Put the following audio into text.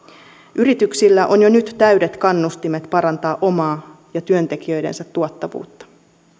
yrityksillä on jo nyt täydet kannustimet parantaa omaa ja työntekijöidensä tuottavuutta